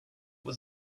was